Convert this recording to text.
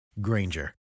Granger